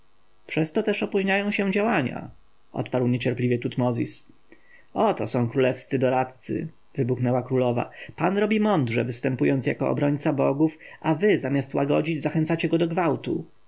przez to też opóźniają się działania odparł niecierpliwie tutmozis oto są królewscy doradcy wybuchnęła królowa pan robi mądrze występując jako obrońca bogów a wy zamiast łagodzić zachęcacie go do gwałtu